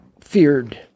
feared